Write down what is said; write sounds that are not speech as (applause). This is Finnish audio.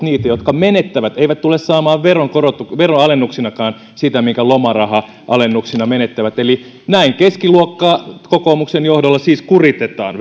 (unintelligible) niitä jotka menettävät eivät tule saamaan veronalennuksinakaan sitä minkä lomaraha alennuksina menettävät eli näin keskiluokkaa kokoomuksen johdolla siis kuritetaan (unintelligible)